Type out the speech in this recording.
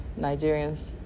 nigerians